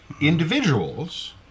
individuals